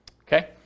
Okay